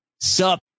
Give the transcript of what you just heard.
sup